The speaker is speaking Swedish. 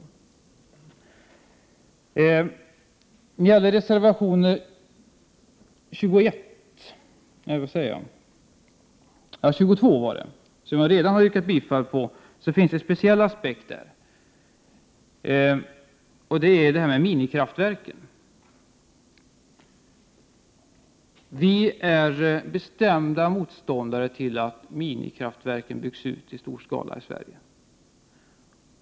När det sedan gäller reservation 22, vilken jag redan yrkat bifall till, finns det en speciell aspekt, nämligen minikraftverken. Vi i miljöpartiet är bestämda motståndare till att minikraftverken byggs ut i stor skala i Sverige.